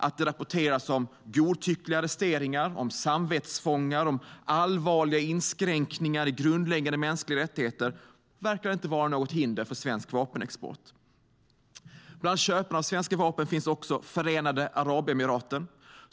Att det rapporteras om godtyckliga arresteringar, samvetsfångar och allvarliga inskränkningar i grundläggande mänskliga rättigheter verkar inte vara något hinder för svensk vapenexport. Bland köparna återfinns också Förenade Arabemiraten.